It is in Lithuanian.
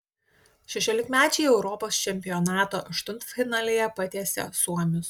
šešiolikmečiai europos čempionato aštuntfinalyje patiesė suomius